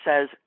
says